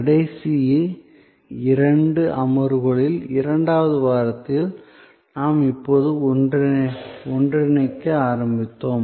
கடைசி இரண்டு அமர்வுகளில் இரண்டாவது வாரத்தில் நாம் இப்போது ஒன்றிணைக்க ஆரம்பித்தோம்